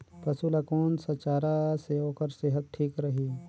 पशु ला कोन स चारा से ओकर सेहत ठीक रही?